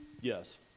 Yes